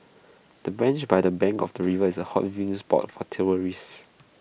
the bench by the bank of the river is A hot viewing spot for tourists